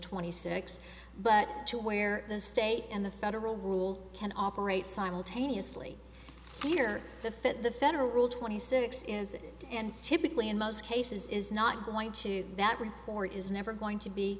twenty six but two where the state and the federal rule can operate simultaneously here the fit the federal rule twenty six is and typically in most cases is not going to that report is never going to be